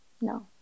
No